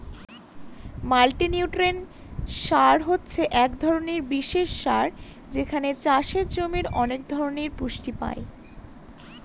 multinutrient সার হছে এক ধরনের বিশেষ সার যেটাতে চাষের জমির অনেক ধরনের পুষ্টি পাই